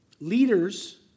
leaders